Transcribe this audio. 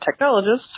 technologist